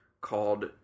called